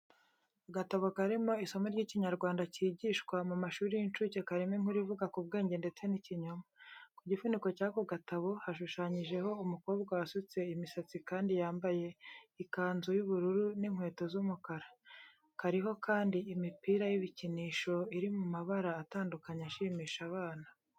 Agatabo karimo isomo ry'Ikinyarwanda cyigishwa mu mashuri y'incuke karimo inkuru ivuga k'ubwenge ndetse n'ikinyoma. Ku gifuniko cy'ako gatabo, hashushanyijeho umukobwa wasutse imisatsi kandi yambaye ikanzu y'ubururu n'inkweto z'umukara. Kariho kandi imipira y'ibikinisho iri mu mabara atandukanye ashimisha abana.